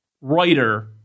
writer